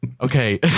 Okay